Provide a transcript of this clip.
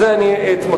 ולפיכך אני אתמקד,